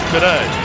today